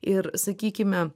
ir sakykime